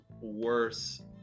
worse